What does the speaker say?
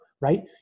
right